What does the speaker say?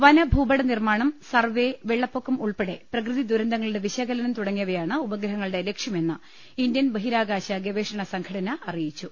വനഭൂപടനിർമ്മാണം survey വെള്ളപ്പൊക്കം ഉൾപ്പെടെ പ്രകൃതി ദുരന്തങ്ങളുടെ വിശകലനം തുടങ്ങിയവയാണ് ഉപഗ്ര ഹങ്ങളുടെ ലക്ഷ്യമെന്ന് ഇന്ത്യൻ ബഹിരാകാശ ഗവേഷണ സംഘടന അറി യിച്ചു